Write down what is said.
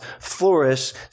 flourish